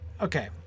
okay